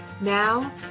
Now